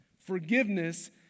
Forgiveness